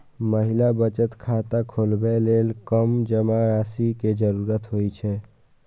महिला बचत खाता खोलबै लेल कम जमा राशि के जरूरत होइ छै